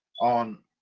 on